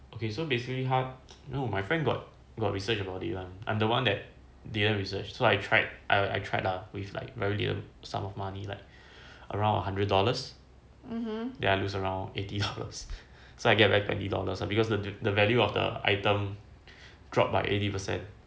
okay so basically no my friend got got research about it one I'm the one that didn't research so I tried I tried ah with like very little sum of money like around a hundred dollars then I lose around eighty dollars so I get back twenty dollars because the the value of the item